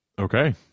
Okay